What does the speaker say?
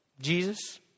Jesus